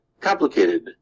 complicated